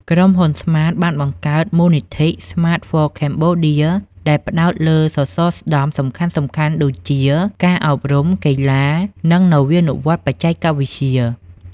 ក្រុមហ៊ុន ស្មាត (Smart) បានបង្កើតមូលនិធិ "Smart for Cambodia" ដែលផ្តោតលើសសរស្តម្ភសំខាន់ៗដូចជា ការអប់រំ កីឡា និងនវានុវត្តន៍បច្ចេកវិទ្យា។